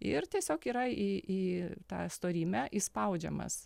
ir tiesiog yra į į tą storymę įspaudžiamas